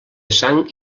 sang